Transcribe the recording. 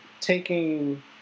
taking